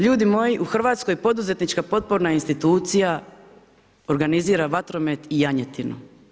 Ljudi moji u Hrvatskoj poduzetnička potporna institucija, organizira vatromet i janjetinu.